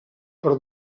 per